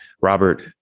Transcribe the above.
Robert